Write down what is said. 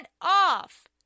off